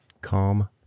Calm